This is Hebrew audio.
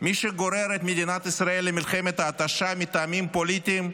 מי שגורר את מדינת ישראל למלחמת התשה מטעמים פוליטיים,